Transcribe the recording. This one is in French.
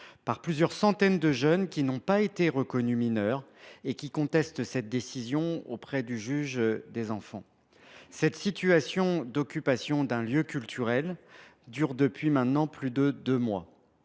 par plusieurs centaines de jeunes qui n’ont pas été reconnus mineurs et qui contestent cette décision auprès du juge des enfants. Cette occupation d’un lieu culturel dure depuis maintenant plus de deux mois.